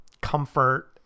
comfort